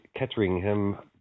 Ketteringham